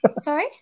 Sorry